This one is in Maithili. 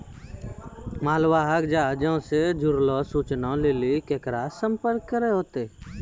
मालवाहक जहाजो से जुड़लो सूचना लेली केकरा से संपर्क करै होतै?